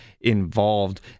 involved